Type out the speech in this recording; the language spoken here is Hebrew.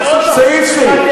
סעיף-סעיף.